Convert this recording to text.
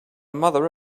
mother